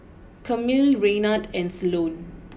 Camille Raynard and Sloane